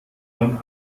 man